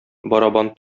барабан